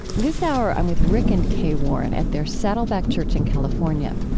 this hour, i'm with rick and kay warren at their saddleback church in california.